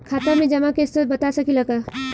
खाता में जमा के स्रोत बता सकी ला का?